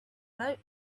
bloke